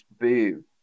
Boo